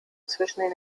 zwischen